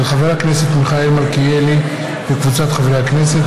של חבר הכנסת מיכאל מלכיאלי וקבוצת חברי הכנסת.